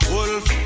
Wolf